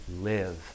live